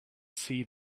see